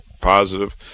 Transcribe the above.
positive